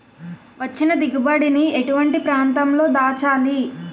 వచ్చిన దిగుబడి ని ఎటువంటి ప్రాంతం లో దాచాలి?